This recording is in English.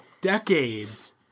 decades